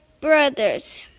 brothers